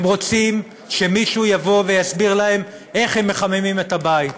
הם רוצים שמישהו יבוא ויסביר להם איך הם מחממים את הבית,